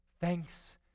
Thanks